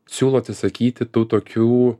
siūlo atsisakyti tų tokių